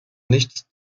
nichts